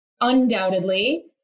undoubtedly